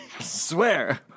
Swear